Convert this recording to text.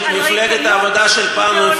לא, זה מראה על ריקנות אידיאולוגית.